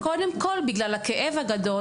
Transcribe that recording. קודם כל בגלל הכאב הגדול,